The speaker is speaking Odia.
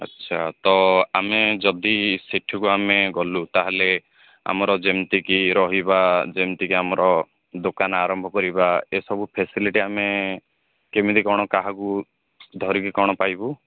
ଆଚ୍ଛା ତ ଆମେ ଯଦି ସେଠିକୁ ଆମେ ଗଲୁ ତାହାଲେ ଆମର ଯେମିତିକି ରହିବା ଯେମିତିକି ଆମର ଦୋକାନ ଆରମ୍ଭ କରିବା ଏସବୁ ଫାସିଲିଟି ଆମେ କେମିତି କ'ଣ କାହାକୁ ଧରିକି କ'ଣ ପାଇବୁ